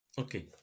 Okay